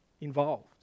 involved